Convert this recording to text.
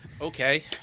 Okay